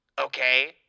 Okay